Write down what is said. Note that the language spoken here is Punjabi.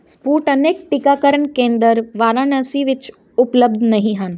ਸਪੁਟਨਿਕ ਟੀਕਾਕਰਨ ਕੇਂਦਰ ਵਾਰਾਣਸੀ ਵਿੱਚ ਉਪਲੱਬਧ ਨਹੀਂ ਹਨ